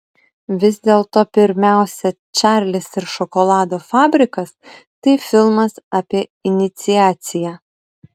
vis dėlto pirmiausia čarlis ir šokolado fabrikas tai filmas apie iniciaciją